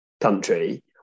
country